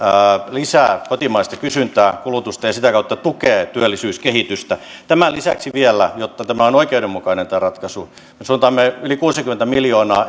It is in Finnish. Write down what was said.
lisää kotimaista kysyntää ja kulutusta ja sitä kautta tukee työllisyyskehitystä tämän lisäksi vielä jotta tämä ratkaisu on oikeudenmukainen me suuntaamme yli kuusikymmentä miljoonaa